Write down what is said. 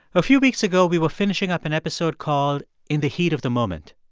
a few weeks ago, we were finishing up an episode called in the heat of the moment.